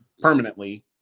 permanently